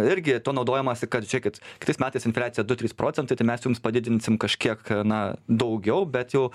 irgi tuo naudojamasi kad žiūrėkit kitais metais infliacija du trys procentai tai mes jums padidinsim kažkiek na daugiau bet jau